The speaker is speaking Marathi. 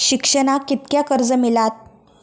शिक्षणाक कीतक्या कर्ज मिलात?